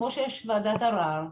כמו שיש ועדת ערער,